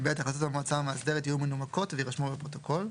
החלטות המועצה המאסדרת יהיו מנומקות ויירשמו בפרוטוקול.